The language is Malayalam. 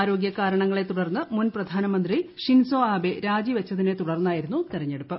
ആരോഗ്യ കാരണങ്ങളെ തുടർന്ന് മുൻ പ്രധാനമന്ത്രി ഷിൻസോ ആബെ രാജിവെച്ചതിനെ തുടർന്നായിരുന്നു തെരഞ്ഞെടുപ്പ്